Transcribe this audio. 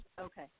okay